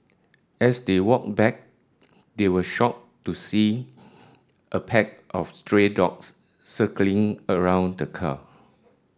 as they walked back they were shocked to see a pack of stray dogs circling around the car